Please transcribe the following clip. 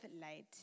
light